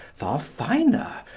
far finer,